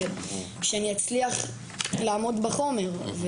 שאני אצליח לעמוד בחומר.